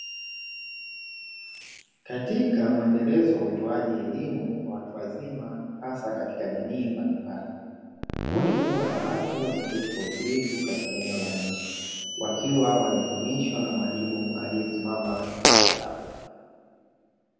Katika muendelezo wa utoaji elimu kwa watu wazima, hasa katika jamii mbalimbali. Kundi kubwa la watu wameketi kwa utulivu katika eneo la nje, wakiwa wanaelimishwa na mwalimu aliyesimama katikati yao.